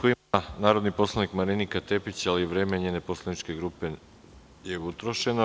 Reč ima narodni poslanik Marinika Tepić, ali vreme njene poslaničke grupe je potrošeno.